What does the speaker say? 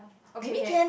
okay okay